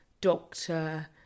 doctor